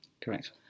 correct